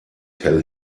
tell